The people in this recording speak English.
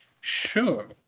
Sure